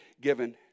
given